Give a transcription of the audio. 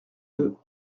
deux